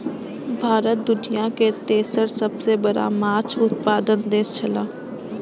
भारत दुनिया के तेसर सबसे बड़ा माछ उत्पादक देश छला